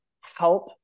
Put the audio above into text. help